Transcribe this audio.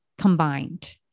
combined